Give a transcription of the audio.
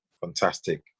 Fantastic